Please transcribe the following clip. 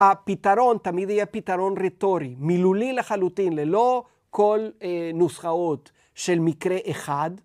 הפתרון תמיד יהיה פתרון רטורי, מילולי לחלוטין, ללא כל נוסחאות של מקרה אחד.